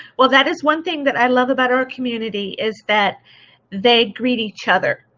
well that is one thing that i love about our community is that they greet each other